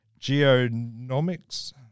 geonomics